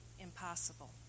impossible